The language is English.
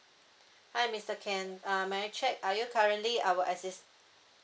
hi mister ken uh may I check are you currently our exist